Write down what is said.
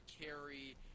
carry